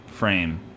frame